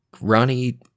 Ronnie